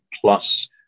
plus